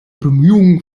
bemühungen